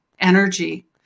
energy